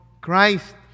Christ